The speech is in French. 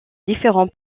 différents